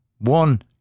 one